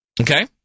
Okay